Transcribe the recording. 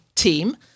team